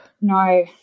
No